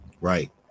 Right